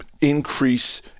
increase